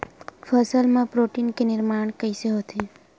फसल मा प्रोटीन के निर्माण कइसे होथे?